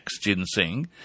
ginseng